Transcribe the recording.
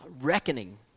Reckoning